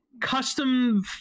custom